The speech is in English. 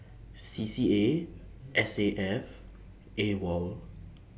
C C A S A F AWOL